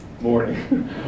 Morning